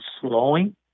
slowing